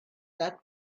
that